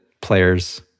players